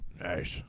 Nice